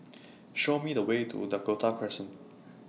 Show Me The Way to Dakota Crescent